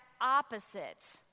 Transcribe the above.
opposite